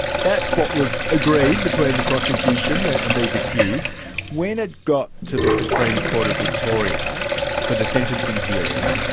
that's what was agreed between the prosecution and these accused. when it got to the supreme court of victoria for the sentencing hearing,